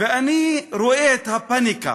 ואני רואה את הפניקה,